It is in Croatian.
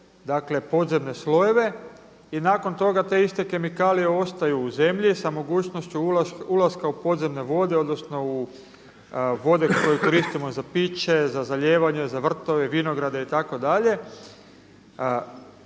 dakle podzemne slojeve i nakon toga te iste kemikalije ostaju u zemlji sa mogućnošću ulaska u podzemne vode, odnosno u vode koje koristimo za piće, za zalijevanje, za vrtove, vinograde itd..